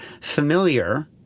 familiar